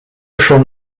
schon